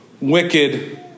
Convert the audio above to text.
wicked